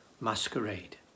masquerade